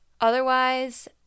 otherwise